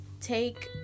take